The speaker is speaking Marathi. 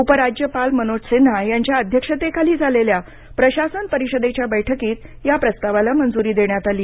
उपराज्यपाल मनोज सिन्हा यांच्या अध्यक्षतेखाली झालेल्या प्रशासन परिषदेच्या बैठकीत या प्रस्तावाला मंजुरी देण्यात आली